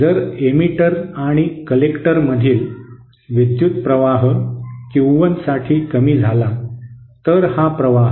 जर एमिटर आणि कलेक्टरमधील विद्युत् प्रवाह Q1 साठी कमी झाला तर हा प्रवाह